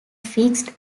fixed